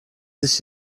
sich